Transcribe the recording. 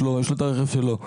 יש לו את הרכב שלו.